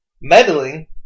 meddling